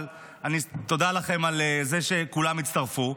אבל תודה לכם על זה שכולם הצטרפו.